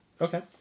Okay